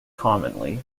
commonly